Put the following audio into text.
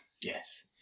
Yes